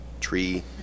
Tree